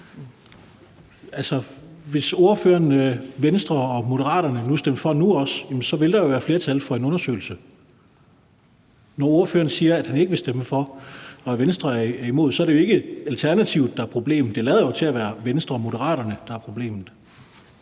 Hvis Venstre og Moderaterne vil stemme for nu, vil der jo være flertal for en undersøgelse. Når ordføreren siger, at han ikke vil stemme for, og at Venstre er imod, så er det jo ikke Alternativet, der er problemet – det lader jo til at være Venstre og Moderaterne, der er problemet.